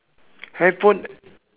handphone